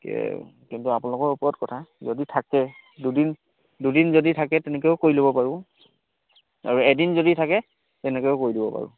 কিন্তু আপোনালোকৰ ওপৰত কথা যদি থাকে দুদিন দুদিন যদি থাকে তেনেকৈও কৰি ল'ব পাৰোঁ আৰু এদিন যদি থাকে তেনেকৈও কৰি দিব পাৰোঁ